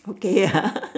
okay ah